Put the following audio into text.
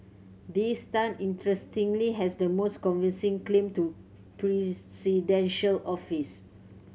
this Tan interestingly has the most convincing claim to presidential office